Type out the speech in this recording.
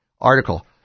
article